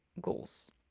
goals